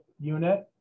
unit